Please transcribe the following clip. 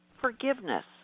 forgiveness